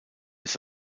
ist